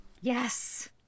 Yes